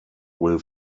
will